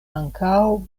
ankaŭ